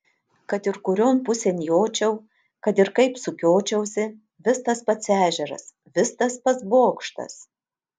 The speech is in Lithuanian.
kad ir kurion pusėn jočiau kad ir kaip sukiočiausi vis tas pats ežeras vis tas pats bokštas